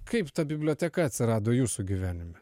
kaip ta biblioteka atsirado jūsų gyvenime